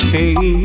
Hey